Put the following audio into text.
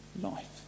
life